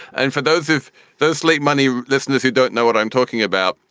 and for those of those late money listeners who don't know what i'm talking about,